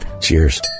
cheers